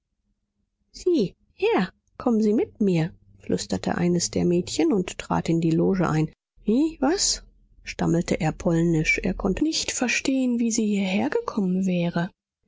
sie herr kommen sie mit mir flüsterte eines der mädchen und trat in die loge ein wie was stammelte er polnisch er konnte nicht verstehen wie sie hierher gekommen wäre